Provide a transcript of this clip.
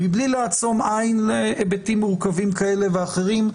מבלי לעצום עין להיבטים מורכבים כאלה ואחרים,